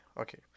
okay